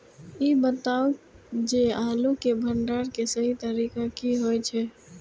ई बताऊ जे आलू के भंडारण के सही तरीका की होय छल?